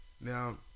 Now